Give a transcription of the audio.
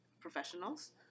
professionals